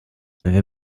wer